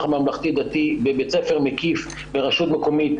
הממלכתי-דתי בבית ספר מקיף ברשות מקומית,